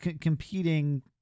competing